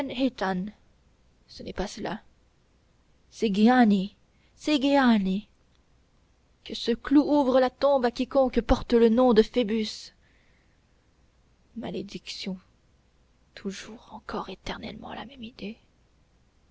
emen hétan ce n'est pas cela sigéani sigéani que ce clou ouvre la tombe à quiconque porte le nom de phoebus malédiction toujours encore éternellement la même idée